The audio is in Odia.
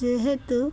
ଯେହେତୁ